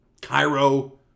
Cairo